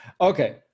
okay